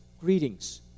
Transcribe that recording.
greetings